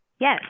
Yes